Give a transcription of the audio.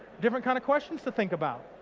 different kind of questions to think about.